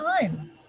time